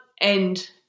end